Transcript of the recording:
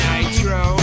Nitro